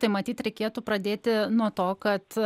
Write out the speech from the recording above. tai matyt reikėtų pradėti nuo to kad